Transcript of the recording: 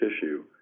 tissue